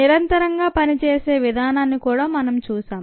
నిరంతరంగా పనిచేసే విధానాన్ని కూడా మనం చూశాం